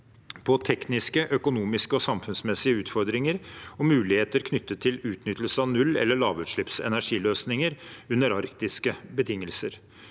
både tekniske, økonomiske og samfunnsmessige utfordringer og muligheter knyttet til utnyttelse av null- eller lavutslippsenergiløsninger under arktiske betingelser.